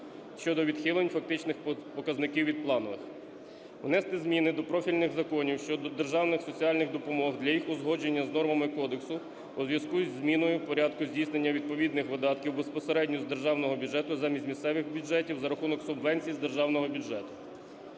щодо відхилень фактичних показників від планових; внести зміни до профільних законів щодо державних соціальних допомог для їх узгодження з нормами кодексу у зв'язку із зміною в порядку здійснення відповідних видатків безпосередньо з державного бюджету замість місцевих субвенцій за рахунок субвенцій з державного бюджету;